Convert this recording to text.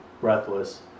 breathless